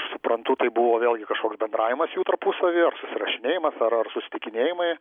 suprantu tai buvo vėlgi kažkoks bendravimas jų tarpusavyje susirašinėjimas ar ar susitikinėjimai